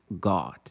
God